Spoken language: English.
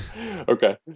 Okay